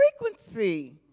frequency